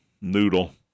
noodle